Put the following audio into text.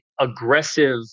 aggressive